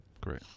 great